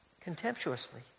contemptuously